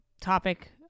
topic